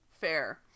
Fair